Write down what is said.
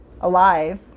alive